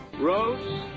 Rose